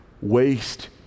waste